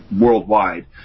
worldwide